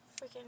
freaking